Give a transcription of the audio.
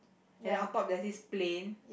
and then on top there's this plane